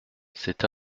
c’est